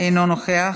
אינו נוכח.